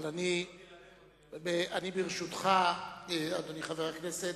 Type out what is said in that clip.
אבל אני, ברשותך, אדוני חבר הכנסת,